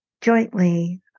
jointly